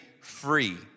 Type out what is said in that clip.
free